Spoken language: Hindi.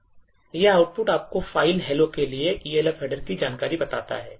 यह आउटपुट आपको फाइल hello के लिए Elf Header की जानकारी बताता है